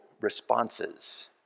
responses